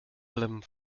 allem